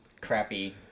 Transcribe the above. crappy